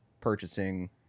purchasing